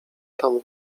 tam